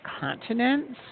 continents